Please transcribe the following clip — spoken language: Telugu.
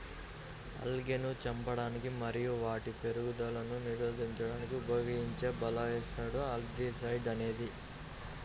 ఆల్గేను చంపడానికి మరియు వాటి పెరుగుదలను నిరోధించడానికి ఉపయోగించే బయోసైడ్ ఆల్జీసైడ్ అనేది